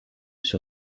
sur